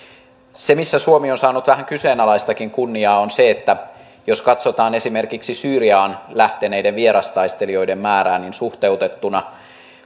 se missä suomi on saanut vähän kyseenalaistakin kunniaa on se että jos katsotaan esimerkiksi syyriaan lähteneiden vierastaistelijoiden määrää niin suhteutettuna